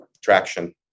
Traction